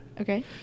Okay